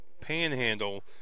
panhandle